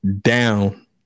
down